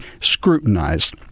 scrutinized